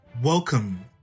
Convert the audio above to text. Welcome